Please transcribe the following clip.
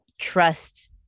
trust